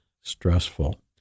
stressful